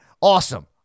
Awesome